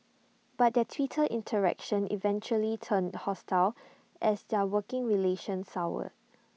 but their Twitter interactions eventually turned hostile as their working relation soured